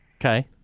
Okay